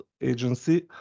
agency